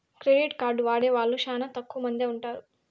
credit card వాడే వాళ్ళు శ్యానా తక్కువ మందే ఉంటారు